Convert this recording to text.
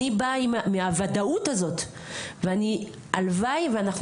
אני באה מהוודאות הזאת והלוואי ואנחנו